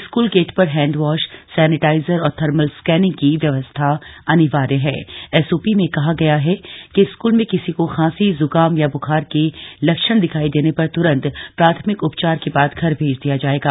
school gate पर hand wash sanitiser और thermal screening की व्यवस्था अनिवार्य हण एसओपी में कहा गया है कि स्कूल में किसी को खांसी जूकाम या बुखार के लक्षण दिखाई देने पर त्रंत प्राथमिक उपचार के बाद घर भेज दिया जाएगा